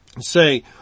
say